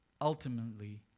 ultimately